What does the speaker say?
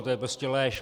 To je prostě lež.